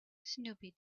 snoopy